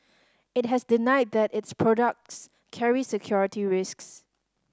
it has denied that its products carry security risks